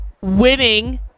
Winning